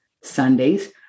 Sundays